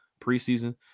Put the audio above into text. preseason